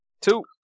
Two